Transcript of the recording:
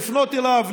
לפנות אליו,